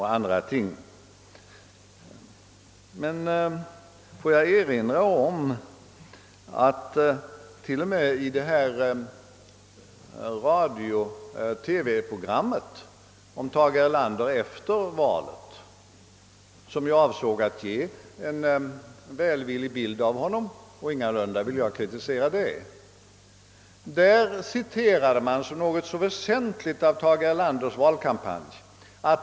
Jag vill emellertid också erinra om att t.o.m. i TV programmet om Tage Erlander efter valet — som avsåg att ge en välvillig bild av statsministern, och ingalunda vill jag kritisera det förhållandet — lades ett yttrande i herr Wedéns mun vilket återgavs som något väsentligt från Tage Erlanders valkampanj.